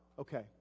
okay